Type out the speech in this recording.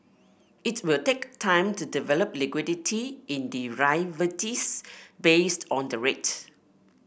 it will take time to develop liquidity in derivatives based on the rate